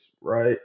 right